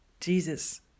Jesus